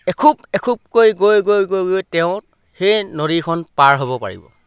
এখোপ এখোপকৈ গৈ গৈ গৈ গৈ তেওঁ সেই নদীখন পাৰ হ'ব পাৰিব